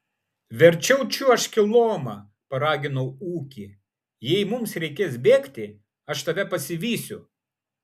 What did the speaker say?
verčiau čiuožk į lomą paraginau ūkį jei mums reikės bėgti aš tave pasivysiu